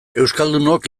euskaldunok